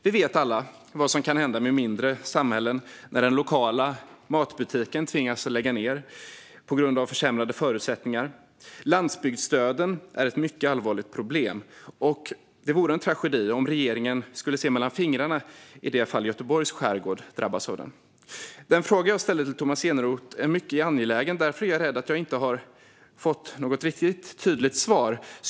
Vi vet alla vad som kan hända med mindre samhällen när den lokala matbutiken tvingas lägga ned på grund av försämrade förutsättningar. Landsbygdsdöden är ett mycket allvarligt problem, och det vore en tragedi om regeringen skulle se mellan fingrarna i det fall Göteborgs skärgård drabbas av den. Den fråga som jag ställde till Tomas Eneroth är mycket angelägen. Men jag är rädd att jag inte har fått något riktigt tydligt svar på den.